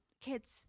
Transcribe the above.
kids